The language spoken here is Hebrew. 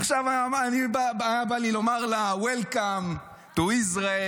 עכשיו, היה בא לי לומר לה Welcome to Israel,